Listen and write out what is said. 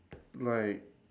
like